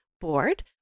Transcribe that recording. board